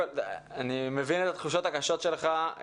אני מבין את התחושות הקשות שלך.